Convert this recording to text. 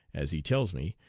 as he tells me,